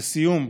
לסיום,